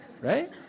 Right